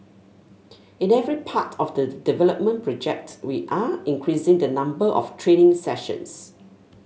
in every part of the development project we are increasing the number of training sessions